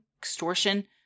extortion